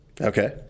Okay